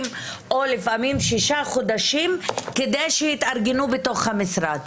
או לפעמים שישה חודשים כדי שהם יתארגנו בתוך המשרד.